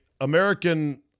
American